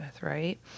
right